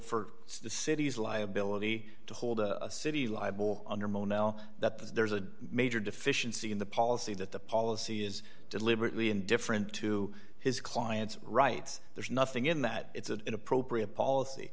for the city's liability to hold a city liable under mo now that there's a major deficiency in the policy that the policy is deliberately indifferent to his client's rights there's nothing in that it's an inappropriate policy